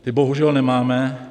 Ty bohužel nemáme.